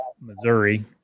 Missouri